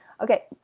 Okay